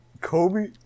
Kobe